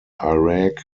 iraq